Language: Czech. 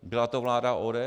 Byla to vláda ODS?